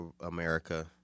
America